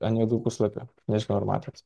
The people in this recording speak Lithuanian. ant juodų puslapių nežinau ar matosi